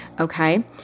okay